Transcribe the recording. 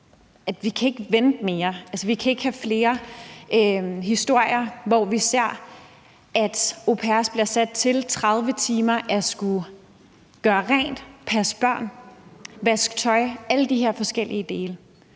mere, synes jeg. Altså, vi kan ikke have flere historier om, at au pairer bliver sat til i 30 timer at skulle gøre rent, passe børn og vaske tøj – alle de her forskellige dele.